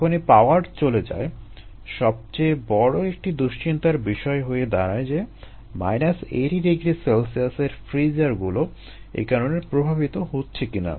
যখনই পাওয়ার চলে যায় সবচেয়ে বড় একটি দুশ্চিন্তার বিষয় হয়ে দাঁড়ায় যে 80 ºC এর ফ্রিজারগুলো এ কারণে প্রভাবিত হচ্ছে কিনা